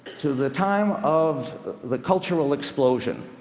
to the time of the cultural explosion,